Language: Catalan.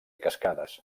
cascades